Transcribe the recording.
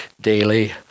daily